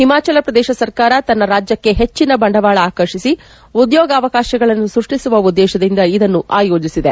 ಹಿಮಾಚಲ ಪ್ರದೇಶ ಸರ್ಕಾರ ತನ್ನ ರಾಜ್ಟಕ್ಕೆ ಹೆಚ್ಚಿನ ಬಂಡವಾಳ ಆಕರ್ಷಿಸಿ ಉದ್ದೋಗಾವಕಾಶಗಳನ್ನು ಸೃಷ್ಟಿಸುವ ಉದ್ದೇಶದಿಂದ ಇದನ್ನು ಆಯೋಜಿಸಿದೆ